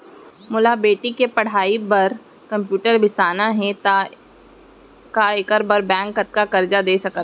मोला बेटी के पढ़ई बार कम्प्यूटर बिसाना हे त का एखर बर बैंक कतका करजा दे सकत हे?